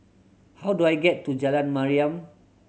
how do I get to Jalan Mariam